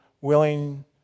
willing